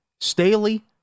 Staley